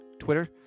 Twitter